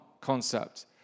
concept